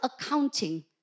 accounting